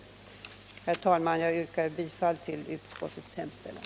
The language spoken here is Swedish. Herr talman! Jag yrkar bifall till utskottets hemställan.